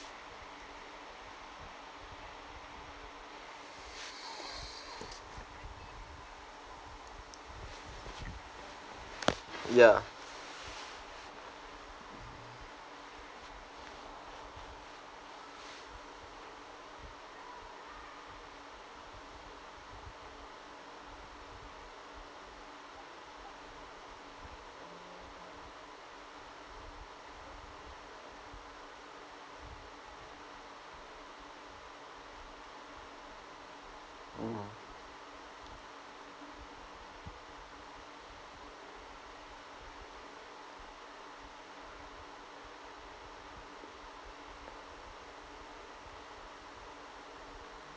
ya (uh huh)